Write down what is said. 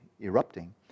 erupting